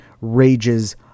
rages